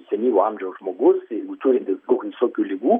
senyvo amžiaus žmogus jeigu turintis daug visokių ligų